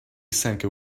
sancho